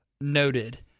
noted